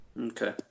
Okay